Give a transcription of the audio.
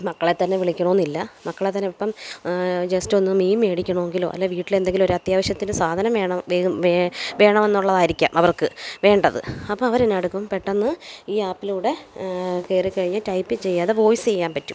മക്കളെ തന്നെ വിളിക്കണമെന്നില്ല മക്കളെ തന്നെ ഇപ്പം ജസ്റ്റ് ഒന്ന് മീൻ വേടിക്കണമെങ്കിലോ അല്ലെ വീട്ടിലെന്തെങ്കിലും ഒരു അത്യാവശ്യത്തിന് സാധനം വേണം വേഗം വേഗം വേണമെന്നുള്ളതായിരിക്കാം അവർക്ക് വേണ്ടത് അപ്പോൾ അവരെന്നാടുക്കും പെട്ടന്ന് ഈ ആപ്പിലൂടെ കയറിക്കഴിഞ്ഞ് ടൈപ്പ് ചെയ്യാതെ വോയിസ് ചെയ്യാൻ പറ്റും